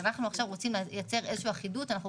אנחנו היום רוצים לייצר אחידות, לומר